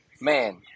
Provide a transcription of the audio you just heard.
Man